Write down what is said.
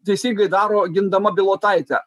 teisingai daro gindama bilotaitę